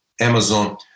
Amazon